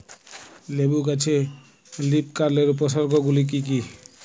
লেবু গাছে লীফকার্লের উপসর্গ গুলি কি কী?